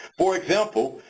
for example,